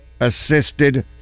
assisted